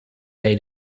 day